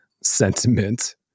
sentiment